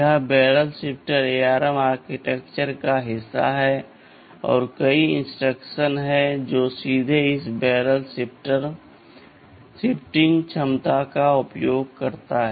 यह barrel shifter ARM architecture का हिस्सा है और कई इंस्ट्रक्शन हैं जो सीधे इस बैरल शिफ्टिंग क्षमता का उपयोग करते हैं